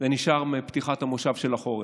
זה נשאר מפתיחת המושב של החורף,